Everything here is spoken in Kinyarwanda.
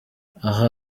aha